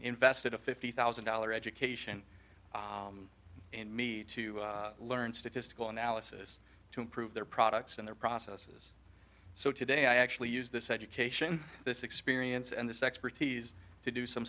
invested a fifty thousand dollars education in me to learn statistical analysis to improve their products and their processes so today i actually use this education this experience and this expertise to do some